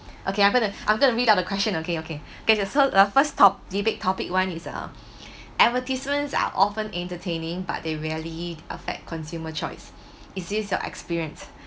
okay I'm going to I'm going to read out the question okay okay the first top~ debate topic one is uh advertisements are often entertaining but they really affect consumer choice is this your experience